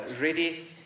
Ready